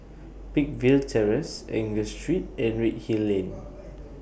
Peakville Terrace Angus Street and Redhill Lane